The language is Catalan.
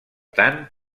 tant